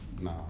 No